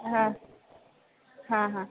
ಹಾಂ ಹಾಂ ಹಾಂ